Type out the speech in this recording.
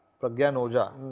pragyan ojha.